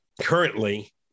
Currently